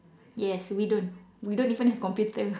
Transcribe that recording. yes we don't we don't even have computer